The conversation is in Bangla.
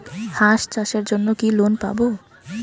হাঁস চাষের জন্য কি লোন পাব?